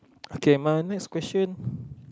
okay my next question